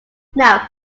now